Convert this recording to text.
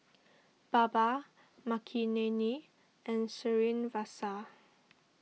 Baba Makineni and Srinivasa